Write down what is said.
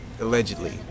allegedly